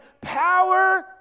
power